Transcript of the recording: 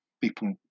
people